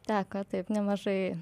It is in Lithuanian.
teko taip nemažai